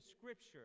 scripture